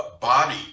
body